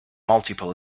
multiple